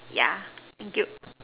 yeah thank you